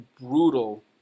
brutal